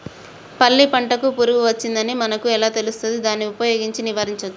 పల్లి పంటకు పురుగు వచ్చిందని మనకు ఎలా తెలుస్తది దాన్ని ఉపయోగించి నివారించవచ్చా?